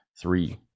Three